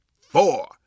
four